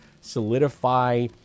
solidify